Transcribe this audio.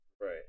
Right